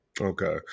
okay